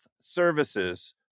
Services